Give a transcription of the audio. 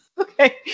Okay